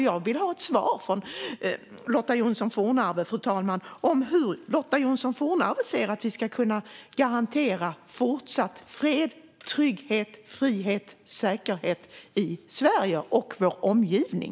Jag vill ha ett svar från Lotta Johnsson Fornarve, fru talman, om hur Lotta Johnsson Fornarve ser att vi ska kunna garantera fortsatt fred, trygghet, frihet och säkerhet i Sverige och vår omgivning.